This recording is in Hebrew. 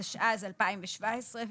התשע"ז-2017,